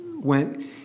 went